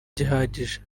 gihagije